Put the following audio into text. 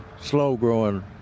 slow-growing